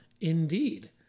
indeed